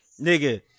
nigga